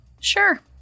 sure